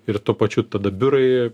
ir tuo pačiu tada biurai